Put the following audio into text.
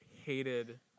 hated